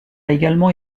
également